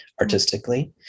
artistically